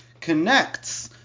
connects